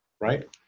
right